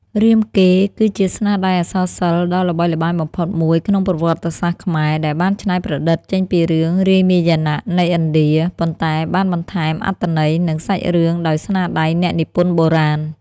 រាមកេរ្តិ៍ គឺជាស្នាដៃអក្សរសិល្ប៍ដ៏ល្បីល្បាញបំផុតមួយក្នុងប្រវត្តិសាស្ត្រខ្មែរ ដែលបានច្នៃប្រឌិតចេញពីរឿងរាមាយណៈនៃឥណ្ឌា ប៉ុន្តែបានបន្ថែមអត្ថន័យ និងសាច់រឿងដោយស្នាដៃអ្នកនិពន្ធបុរាណ។